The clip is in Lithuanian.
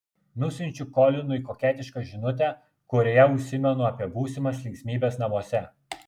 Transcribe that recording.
nusiunčiu kolinui koketišką žinutę kurioje užsimenu apie būsimas linksmybes namuose